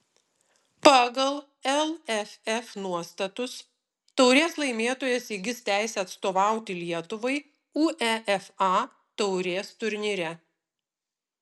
pagal lff nuostatus taurės laimėtojas įgis teisę atstovauti lietuvai uefa taurės turnyre